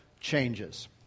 changes